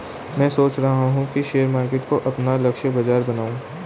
मैं सोच रहा हूँ कि शेयर मार्केट को अपना लक्ष्य बाजार बनाऊँ